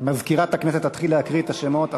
מזכירת הכנסת תתחיל להקריא את השמות עכשיו.